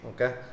Okay